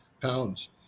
pounds